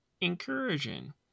encouraging